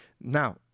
Now